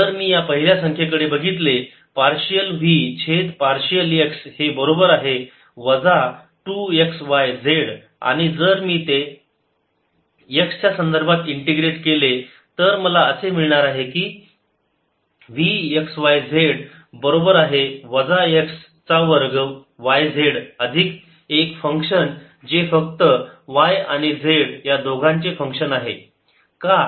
तर जर मी या पहिल्या संखे कडे बघितले पार्शियल v छेद पार्शियल x हे बरोबर आहे वजा 2 x y z आणि जर मी ते x च्यासंदर्भात इंटिग्रेट केले तर मला असे मिळणार आहे की v x y z बरोबर आहे वजा x चा वर्ग y z अधिक एक फंक्शन जे फक्त y आणि z या दोघांचे फंक्शन आहे